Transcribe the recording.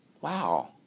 Wow